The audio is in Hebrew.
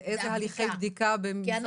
זה איזה הליכי בדיקה במשרד מבקר המדינה.